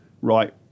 Right